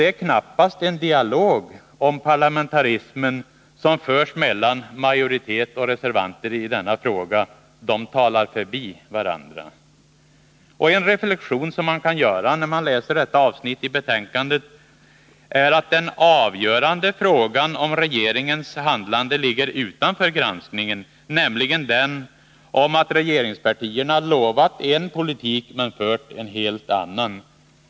Det är knappast en dialog om parlamentarismen som förs = och inriktning, mellan majoritet och reservanter i denna fråga. De talar förbi varandra. m.m. En reflexion som man gör när man läser detta avsnitt i betänkandet är att den avgörande frågan om regeringens handlande ligger utanför granskningen, nämligen den om att regeringspartierna lovat en politik men fört en helt annan.